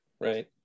Right